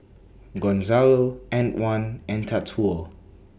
Gonzalo Antwan and Tatsuo